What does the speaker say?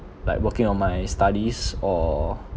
like working on my studies or